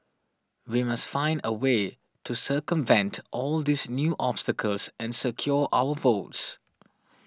we must find a way to circumvent all these new obstacles and secure our votes